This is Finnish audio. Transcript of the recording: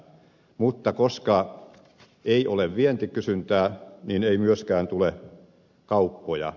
mutta koska ei ole vientikysyntää ei myöskään tule kauppoja